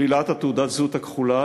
שלילת תעודת הזהות הכחולה,